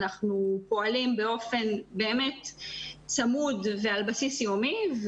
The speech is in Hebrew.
אנחנו פועלים באמת באופן צמוד ועל בסיס יומי.